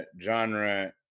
genre